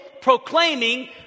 proclaiming